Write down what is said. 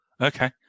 Okay